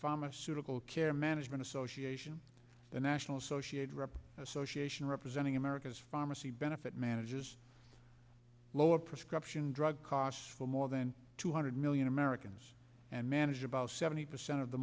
pharmaceutical care management association the national associate rep association representing america's pharmacy benefit manages lower prescription drug costs for more than two hundred million americans and manage about seventy percent of the